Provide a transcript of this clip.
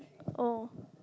oh